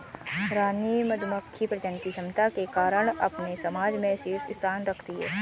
रानी मधुमक्खी प्रजनन की क्षमता के कारण अपने समाज में शीर्ष स्थान रखती है